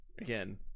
Again